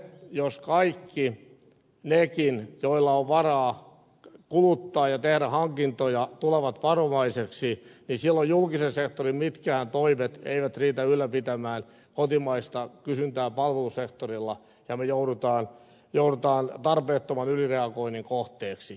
jos kaikki nekin joilla on varaa kuluttaa ja tehdä hankintoja tulevat varovaisiksi niin silloin julkisen sektorin mitkään toimet eivät riitä ylläpitämään kotimaista kysyntää palvelusektorilla ja me joudumme tarpeettoman ylireagoinnin kohteeksi